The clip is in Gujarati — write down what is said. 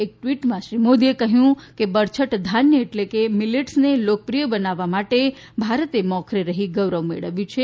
એક ટ્વીટમાં શ્રી મોદીએ કહ્યું હતું કે બરછટ ધાન્ય એટલે કે મિલેટ્સને લોકપ્રિય બનાવવા માટે ભારતે મોખરે રહીને ગૌરવ મેળવ્યું છે